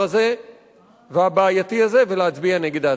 הזה והבעייתי הזה ולהצביע נגד ההצעה.